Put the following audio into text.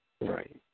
Right